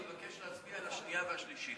אני מבקש להצביע על השנייה והשלישית.